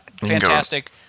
fantastic